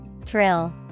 Thrill